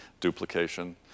duplication